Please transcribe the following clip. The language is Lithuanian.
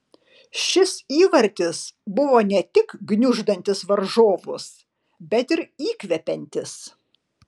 šis įvartis buvo ne tik gniuždantis varžovus bet ir įkvepiantis